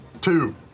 Two